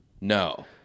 No